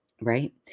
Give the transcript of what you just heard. right